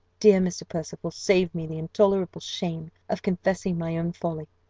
dear mr. percival, save me the intolerable shame of confessing my own folly?